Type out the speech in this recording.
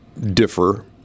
differ